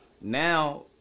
now